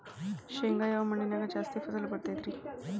ಶೇಂಗಾ ಯಾವ ಮಣ್ಣಿನ್ಯಾಗ ಜಾಸ್ತಿ ಫಸಲು ಬರತೈತ್ರಿ?